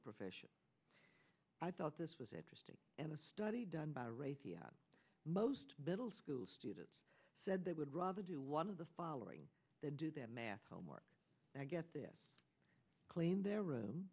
professions i thought this was interesting and a study done by raytheon most middle school students said they would rather do one of the following the do their math homework get this claim their room